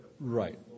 Right